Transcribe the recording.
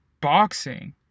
boxing